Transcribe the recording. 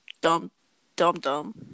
dumb-dumb-dumb